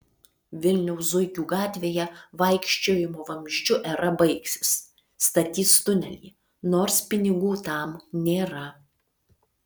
vilniaus zuikių gatvėje vaikščiojimo vamzdžiu era baigsis statys tunelį nors pinigų tam nėra